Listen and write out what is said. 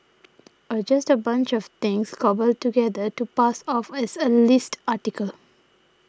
or just a bunch of things cobbled together to pass off as a list article